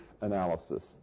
analysis